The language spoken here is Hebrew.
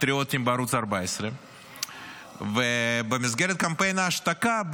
הפטריוטים בערוץ 14. במסגרת קמפיין ההשתקה,